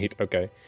okay